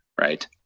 right